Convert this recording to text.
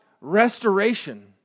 restoration